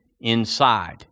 inside